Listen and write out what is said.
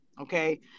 okay